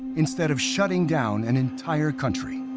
instead of shutting down an entire country.